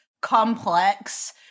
complex